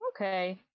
Okay